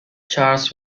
charles